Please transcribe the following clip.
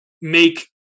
make